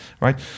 right